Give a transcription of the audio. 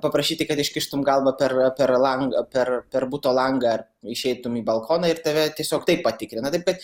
paprašyti kad iškištum galvą per per langą per per buto langą išeitum į balkoną ir tave tiesiog taip patikrina taip kad